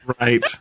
Right